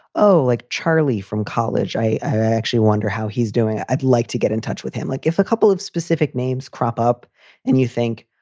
oh, like charlie from college. i actually wonder how he's doing. i'd like to get in touch with him, like if a couple of specific names crop up and you think,